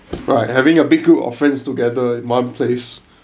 right having a big group of friends together at my place